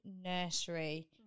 nursery